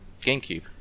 Gamecube